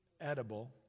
edible